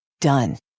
Done